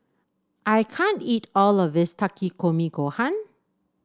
I can't eat all of this Takikomi Gohan